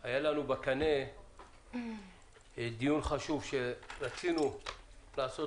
היה לנו בקנה דיון חשוב שרצינו לעשות